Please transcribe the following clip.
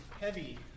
heavy